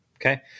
Okay